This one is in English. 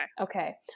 Okay